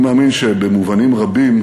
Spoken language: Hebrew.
אני מאמין שבמובנים רבים,